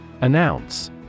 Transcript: Announce